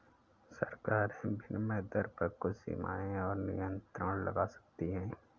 सरकारें विनिमय दर पर कुछ सीमाएँ और नियंत्रण लगा सकती हैं